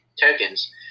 tokens